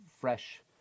fresh